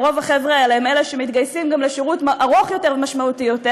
ולרוב החבר'ה האלה הם אלה שמתגייסים לשירות ארוך יותר ומשמעותי יותר